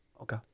Okay